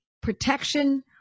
protection